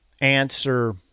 answer